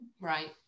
right